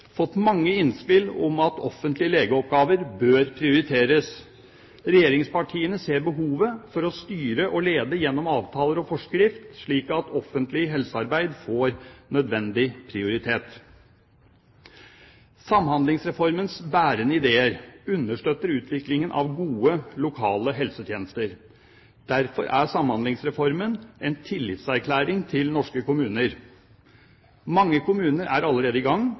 fått mange innspill om at offentlige legeoppgaver bør prioriteres. Regjeringspartiene ser behovet for å styre og lede gjennom avtaler og forskrift, slik at offentlig helsearbeid får nødvendig prioritet. Samhandlingsreformens bærende ideer understøtter utviklingen av gode lokale helsetjenester. Derfor er Samhandlingsreformen en tillitserklæring til norske kommuner. Mange kommuner er allerede i gang,